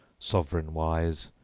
sovran wise,